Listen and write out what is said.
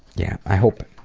yeah i hope